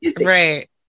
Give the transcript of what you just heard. right